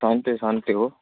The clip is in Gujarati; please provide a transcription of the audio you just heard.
શાંતિ શાંતિ હોં